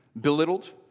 belittled